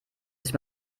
ist